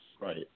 Right